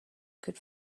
could